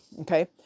okay